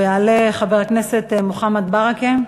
יעלה חבר הכנסת מוחמד ברכה.